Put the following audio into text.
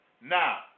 Now